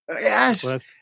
yes